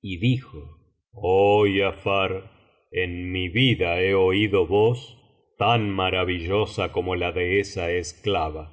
y dijo oh giafar en mi vida he oído voz tan maravillosa como la de esa esclava